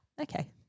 Okay